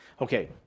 Okay